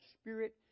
spirit